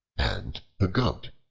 and the goat